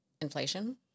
Inflation